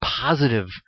positive